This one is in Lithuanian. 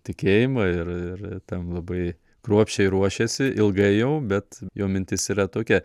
tikėjimą ir ir tam labai kruopščiai ruošiasi ilgai jau bet jo mintis yra tokia